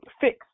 fix